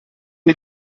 mir